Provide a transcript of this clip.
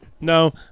No